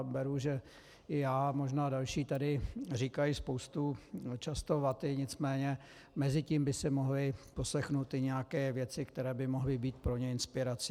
Beru, že i já, možná i další tady říkají spoustu často vaty, nicméně mezi tím by si mohli poslechnout i nějaké věci, které by mohly být pro ně inspirací.